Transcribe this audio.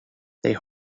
they